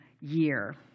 year